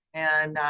and,